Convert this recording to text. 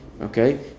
Okay